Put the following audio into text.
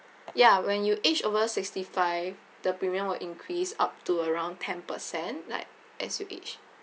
ya when you age over sixty five the premium will increase up to around ten percent like as you age